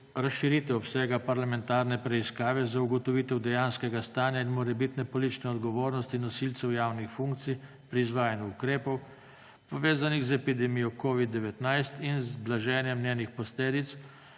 razširitev obsega parlamentarne preiskave za ugotovitev dejanskega stanja in morebitne politične odgovornosti nosilcev javnih funkcij pri izvajanju ukrepov, povezanih z epidemijo COVID-19 in z blaženjem njenih posledic,